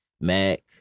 Mac